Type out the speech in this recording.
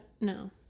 No